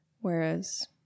Whereas